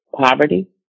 poverty